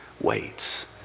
waits